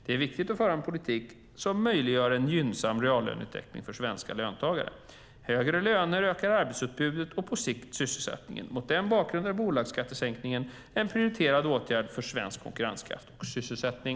Det är viktigt att föra en politik som möjliggör en gynnsam reallöneutveckling för svenska löntagare. Högre löner ökar arbetsutbudet och på sikt sysselsättningen. Mot den bakgrunden är bolagsskattesänkningen en prioriterad åtgärd för svensk konkurrenskraft och sysselsättning.